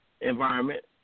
environment